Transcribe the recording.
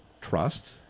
trust